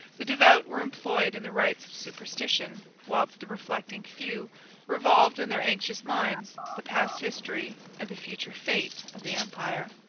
the devout were employed in the rites of superstition, whilst the reflecting few revolved in their anxious minds the past history and the future fate of the empire.